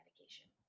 medication